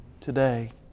today